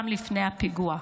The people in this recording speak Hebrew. לפני הפיגוע.